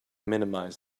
minimize